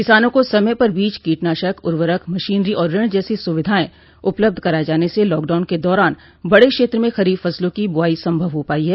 किसानों को समय पर बीज कीटनाशक उर्वरक मशीनरी और ऋण जैसी सुविधाएं उपलब्ध कराए जाने से लॉकडाउन के दौरान बडे क्षेत्र में खरीफ फसलों की बुआई संभव हो पाई है